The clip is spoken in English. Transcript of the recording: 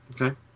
Okay